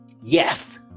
Yes